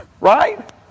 Right